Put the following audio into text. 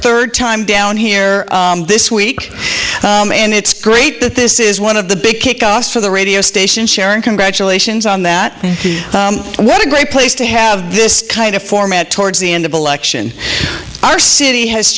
third time down here this week and it's great that this is one of the big kickoff for the radio station share and congratulations on that what a great place to have this kind of format towards the end of election our city has